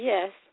Yes